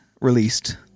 released